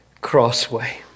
Crossway